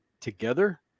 together